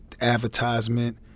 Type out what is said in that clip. advertisement